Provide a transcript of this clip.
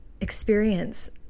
experience